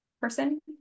person